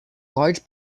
large